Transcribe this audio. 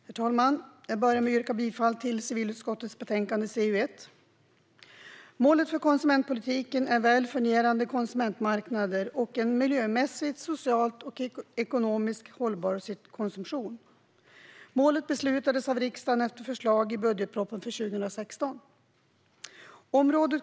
Herr talman! Jag börjar med att yrka bifall till utskottets förslag i civilutskottets betänkande CU1. Målet för konsumentpolitiken är väl fungerande konsumentmarknader och en miljömässigt, socialt och ekonomiskt hållbar konsumtion. Målet beslutades av riksdagen efter förslag i budgetpropositionen för 2016.